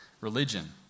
religion